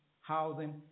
housing